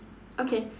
okay